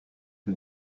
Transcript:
que